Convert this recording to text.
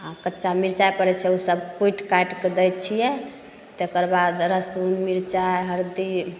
आओर कच्चा मिरचाइ पड़ै छै ओसब कुटि काटिके दै छिए तकर बाद लहसुन मिरचाइ हरदी